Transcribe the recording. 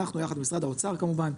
יחד עם משרד האוצר כמובן,